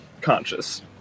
conscious